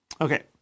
Okay